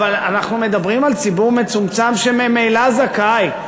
אבל אנחנו מדברים על ציבור מצומצם שממילא זכאי.